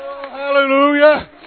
Hallelujah